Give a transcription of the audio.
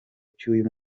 cy’uyu